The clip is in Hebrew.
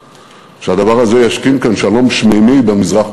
שהדבר הזה ישכין שלום שמימי כאן במזרח